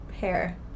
hair